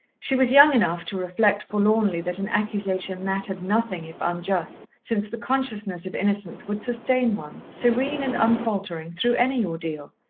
she was young enough to reflect forlornly that an accusation mattered nothing if unjust, since the consciousness of innocence would sustain one, serene and unfaltering, through any ordeal.